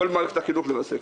כל מערכת החינוך למעשה,